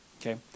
Okay